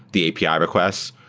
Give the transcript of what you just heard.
the api ah request,